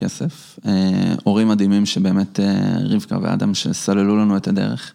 כסף, הורים מדהימים שבאמת, רבקה ואדם שסללו לנו את הדרך.